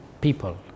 people